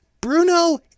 Bruno